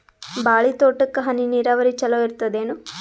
ಬಾಳಿ ತೋಟಕ್ಕ ಹನಿ ನೀರಾವರಿ ಚಲೋ ಇರತದೇನು?